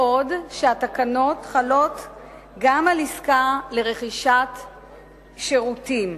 בעוד שהתקנות חלות גם על עסקה לרכישת שירותים.